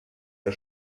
der